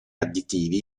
additivi